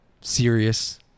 serious